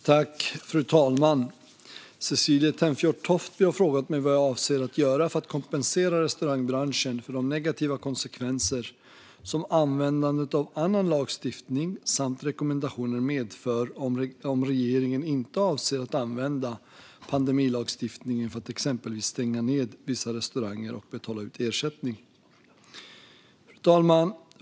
Svar på interpellationer Fru talman! Cecilie Tenfjord Toftby har frågat mig vad jag avser att göra för att kompensera restaurangbranschen för de negativa konsekvenser som användandet av annan lagstiftning samt rekommendationer medför om regeringen inte avser att använda pandemilagstiftningen för att exempelvis stänga ned vissa restauranger och betala ut ersättning. Fru talman!